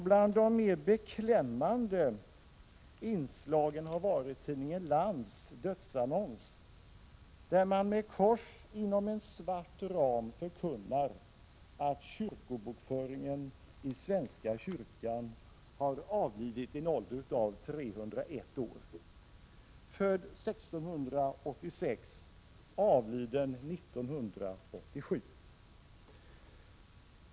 Bland de mer beklämmande inslagen har varit tidningen Lands dödsannons, där man med ett kors inom en svart ram förkunnar att kyrkobokföringen i svenska kyrkan har avlidit vid en ålder av 301 år, född 1686, avliden 1987.